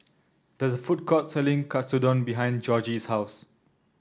there is a food court selling Katsudon behind Georgie's house